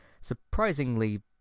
surprisingly